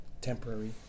Temporary